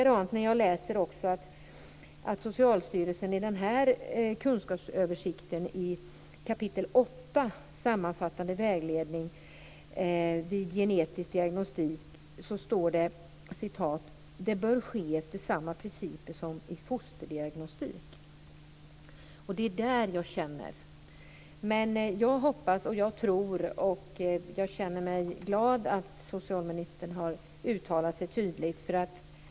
Det står i kapitel 8 i kunskapsöversikten från Socialstyrelsen som en sammanfattande vägledning vid genetisk diagnostik att det "bör ske efter samma principer som i fosterdiagnostik". Men jag känner mig hoppfull. Jag är glad att socialministern har uttalat sig tydligt.